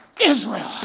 Israel